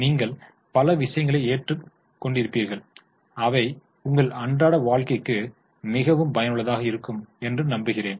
நீங்கள் பல விஷயங்களை கற்றுக் கொண்டிருப்பீர்கள் அவை உங்கள் அன்றாட வாழ்க்கைக்கு மிகவும் பயனுள்ளதாக இருக்கும் என்று நம்புகிறேன்